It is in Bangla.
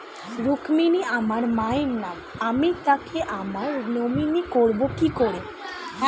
রুক্মিনী আমার মায়ের নাম আমি তাকে আমার নমিনি করবো কি করে?